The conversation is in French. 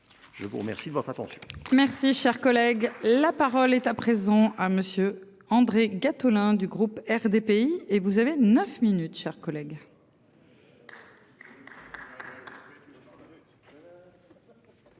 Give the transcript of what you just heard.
Je vous remercie de votre attention. Merci, cher collègue, la parole est à présent hein Monsieur André Gattolin du groupe RDPI et vous avez 9 minutes, chers collègues.